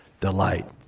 delight